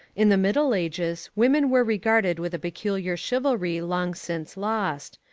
in the middle ages women were regarded with a peculiar chivalry long since lost.